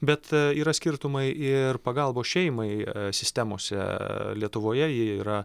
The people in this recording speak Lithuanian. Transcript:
bet yra skirtumai ir pagalbos šeimai sistemose lietuvoje ji yra